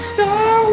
Star